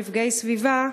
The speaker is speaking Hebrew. מפגעי סביבה,